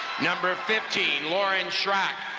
number fifteen, lauren schrock.